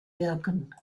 wirken